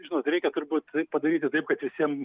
žinot reikia turbūt taip padaryti taip kad visiem